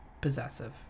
possessive